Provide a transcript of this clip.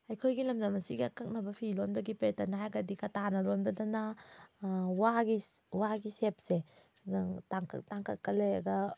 ꯑꯩꯈꯣꯏꯒꯤ ꯂꯝꯗꯝ ꯑꯁꯤꯒꯤ ꯑꯀꯛꯅꯕ ꯐꯤ ꯂꯣꯟꯕꯒꯤ ꯄꯦꯇꯔꯟ ꯍꯥꯏꯔꯒꯗꯤ ꯀꯇꯥꯅ ꯂꯣꯟꯕꯗꯅ ꯋꯥꯒꯤ ꯋꯥꯒꯤ ꯁꯦꯞꯁꯦ ꯂꯪ ꯇꯥꯡꯀꯛ ꯇꯥꯡꯀꯛꯀ ꯂꯩꯔꯒ